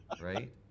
Right